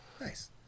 Nice